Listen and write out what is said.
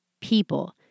People